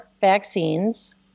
vaccines